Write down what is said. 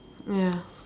ya